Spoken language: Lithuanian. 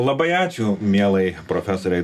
labai ačiū mielai profesorei